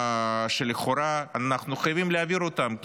לכאורה אנחנו חייבים להעביר אותם,